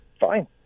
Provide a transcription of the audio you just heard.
fine